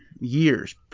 years